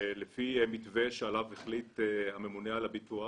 לפי מתווה שעליו החליט הממונה על הביטוח